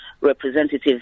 representatives